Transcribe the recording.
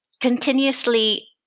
continuously